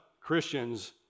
Christians